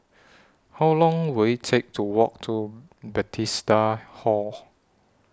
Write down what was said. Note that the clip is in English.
How Long Will IT Take to Walk to Bethesda Hall